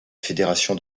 fédération